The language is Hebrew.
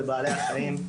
לבעלי החיים.